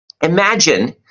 imagine